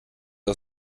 auf